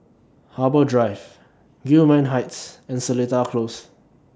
Harbour Drive Gillman Heights and Seletar Close